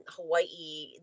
Hawaii